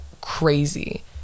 crazy